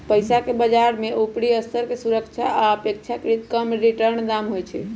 पइसाके बजार में उपरि स्तर के सुरक्षा आऽ अपेक्षाकृत कम रिटर्न के दाम होइ छइ